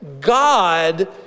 God